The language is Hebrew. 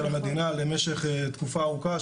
של המדינה למשך תקופה ארוכה,